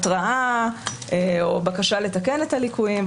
התרעה או בקשה לתקן את הליקויים,